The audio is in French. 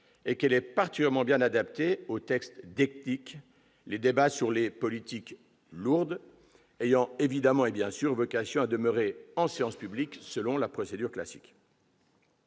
procédure est particulièrement bien adaptée aux textes techniques, les débats sur les politiques lourdes ayant évidemment vocation à demeurer effectués en séance publique, selon la procédure classique.